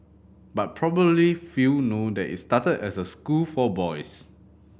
but probably few know that it started as a school for boys